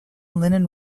linen